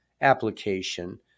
application